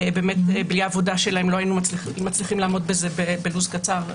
בלי עבודתם לא היינו מצליחים לעמוד בכך בלו"ז קצר.